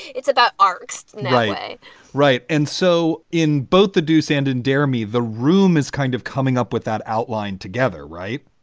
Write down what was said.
it's about arcs. no right. and so in both the deuce and in dare me, the room is kind of coming up with that outline together, right?